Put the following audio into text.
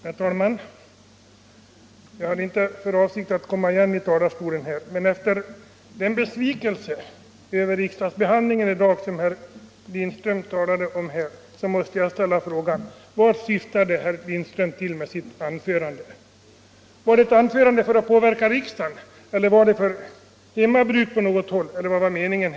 Herr talman! Jag hade inte för avsikt att komma igen i talarstolen, men efter den besvikelse över riksdagsbehandlingen i dag som herr Lindström gjorde sig till talesman för måste jag ställa frågan: Vad syftade herr Lindström till med sitt anförande? Var det ett anförande för att påverka riksdagen, var det ett anförande för hemmabruk eller vad var meningen?